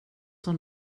som